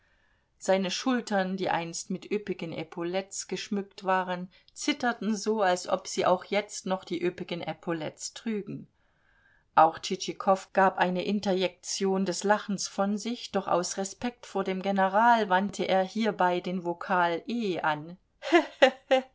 seine schultern die einst mit üppigen epaulettes geschmückt waren zitterten so als ob sie auch jetzt noch die üppigen epaulettes trügen auch tschitschikow gab eine interjektion des lachens von sich doch aus respekt vor dem general wandte er hierbei den vokal e an